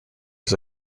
his